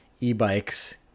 e-bikes